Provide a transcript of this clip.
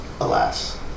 alas